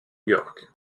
york